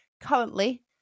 Currently